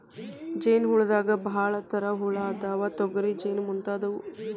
ಜೇನ ಹುಳದಾಗ ಭಾಳ ತರಾ ಹುಳಾ ಅದಾವ, ತೊಗರಿ ಜೇನ ಮುಂತಾದವು